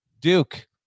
Duke